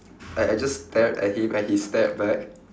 I I just stared at him and he stared back